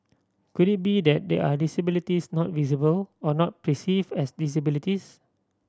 could it be that there are disabilities not visible or not perceive as disabilities